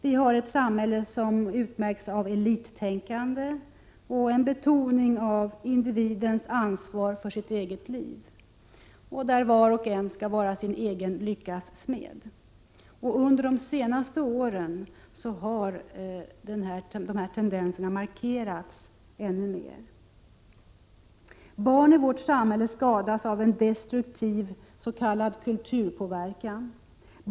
Vi har ett samhälle som utmärks av elittänkande och en betoning av individens ansvar för sitt eget liv, där var och en skall vara sin egen lyckas smed. Under de senaste åren har dessa tendenser markerats ännu mer. Barn i vårt samhälle skadas av en destruktiv s.k. kulturpåverkan.